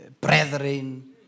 brethren